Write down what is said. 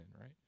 right